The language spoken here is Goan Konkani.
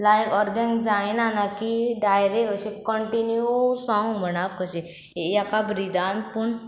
लायक अर्द्यांक जायना ना की डायरेक्ट अशें कंटिन्यू सोंग म्हणा कशीं एका ब्रिदान पूण